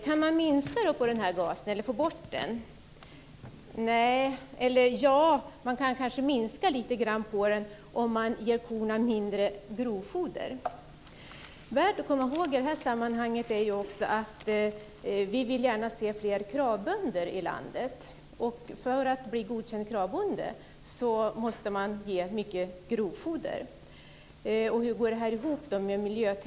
Kan man minska på gasen eller få bort den? Ja, man kanske kan minska lite grann på den om man ger korna mindre grovfoder. Värt att komma ihåg i det här sammanhanget är också att vi gärna vill se fler Kravbönder i landet. För att bli godkänd Kravbonde måste man ge mycket grovfoder. Hur går det här ihop med miljötänkandet?